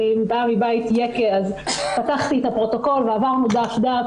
אני באה מבית ייקה אז פתחתי את הפרוטוקול ועברנו דף-דף